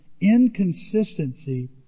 Inconsistency